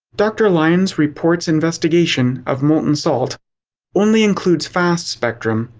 dr. lyons report's investigation of molten salt only includes fast-spectrum,